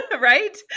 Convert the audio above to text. right